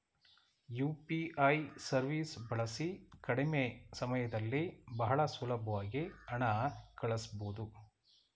UPI ಸವೀಸ್ ಬಳಸಿ ಕಡಿಮೆ ಸಮಯದಲ್ಲಿ ಬಹಳ ಸುಲಬ್ವಾಗಿ ಹಣ ಕಳಸ್ಬೊದು